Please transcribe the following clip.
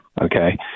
Okay